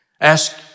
Ask